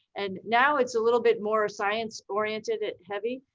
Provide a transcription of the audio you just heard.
and now it's a little bit more science oriented and heavy.